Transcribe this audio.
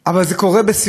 על מי אתה מדבר?